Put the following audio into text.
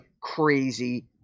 crazy